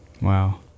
Wow